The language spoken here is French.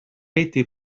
été